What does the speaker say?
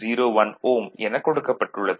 01 Ω எனக் கொடுக்கப்பட்டுள்ளது